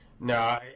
No